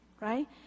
right